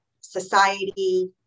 society